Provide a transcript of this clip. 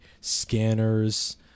Scanners